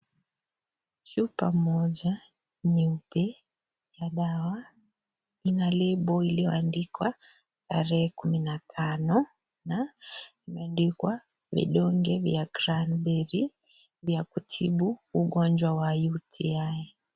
Chupa moja nyeupe la dawa lina label iliyoandikwa tarehe kumi na tano na imeandikwa vidonge vya cranberry vya kutibu ugonjwa wa UTI.